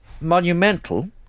monumental